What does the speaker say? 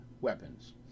weapons